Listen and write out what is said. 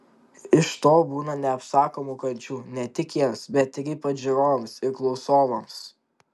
iš to būna neapsakomų kančių ne tik jiems bet ypač žiūrovams ir klausovams